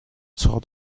sort